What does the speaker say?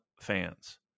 fans